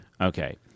Okay